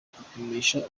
gupimisha